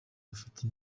bafite